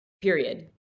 period